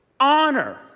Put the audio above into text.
Honor